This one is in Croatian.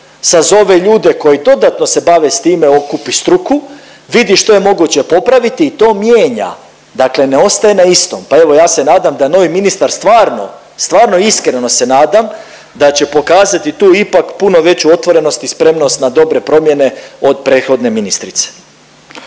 sazove ljude koji dodatno se bave s time, okupi struku, vidi što je moguće popraviti i to mijenja, dakle ne ostaje na istom. Pa evo ja se nadam da novi ministar stvarno, stvarno iskreno se nadam da će pokazati tu ipak puno veću otvorenost i spremnost na dobre promjene od prethodne ministrice.